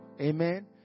Amen